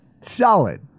Solid